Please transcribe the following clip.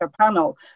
panel